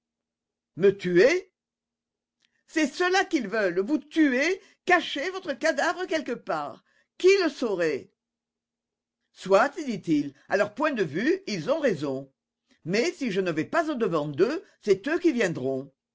me tuer c'est cela qu'ils veulent vous tuer cacher votre cadavre quelque part qui le saurait soit dit-il à leur point de vue ils ont raison mais si je ne vais pas au-devant d'eux c'est eux qui viendront